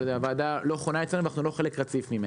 אבל הוועדה לא חונה אצלנו ואנחנו לא חלק רציף ממנה.